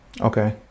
Okay